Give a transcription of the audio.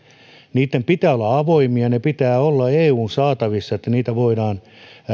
pitää olla avoimia niiden pitää olla eun saatavissa jotta voidaan